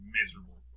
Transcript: miserable